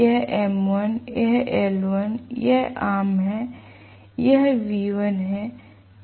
यह M1 यह L1 यह आम है यह V1 है